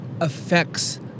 affects